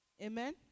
Amen